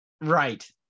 Right